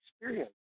experience